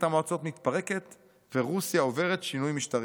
המועצות מתפרקת ורוסיה עוברת שינוי משטרי.